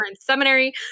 seminary